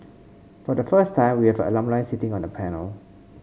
for the first time we have an alumni sitting on the panel